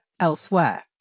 elsewhere